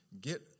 get